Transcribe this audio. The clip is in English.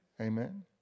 Amen